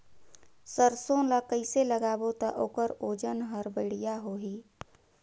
सरसो ला कइसे लगाबो ता ओकर ओजन हर बेडिया होही?